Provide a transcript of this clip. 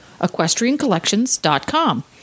EquestrianCollections.com